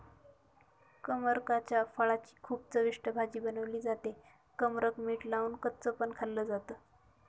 कमरकाच्या फळाची खूप चविष्ट भाजी बनवली जाते, कमरक मीठ लावून कच्च पण खाल्ल जात